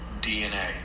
DNA